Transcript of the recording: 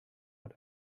hat